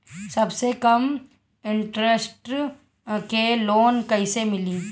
सबसे कम इन्टरेस्ट के लोन कइसे मिली?